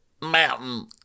Mountain